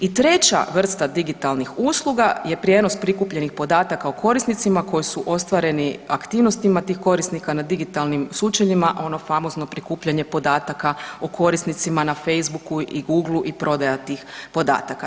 I treća vrsta digitalnih usluga je prijenos prikupljenih podataka o korisnicima koji su ostvareni aktivnostima tih korisnika na digitalnim sučeljima, a ono famozno prikupljanje podataka o korisnicima na Facebooku i Googleu i prodaja tih podataka.